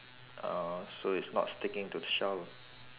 uh so it's not sticking to the shell lah